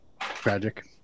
tragic